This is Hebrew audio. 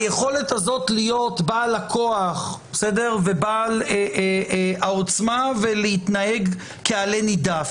היכולת הזאת להיות בעל הכוח ובעל העוצמה ולהתנהג כעלה נידף,